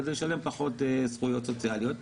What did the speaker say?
כדי לשלם פחות זכויות סוציאליות.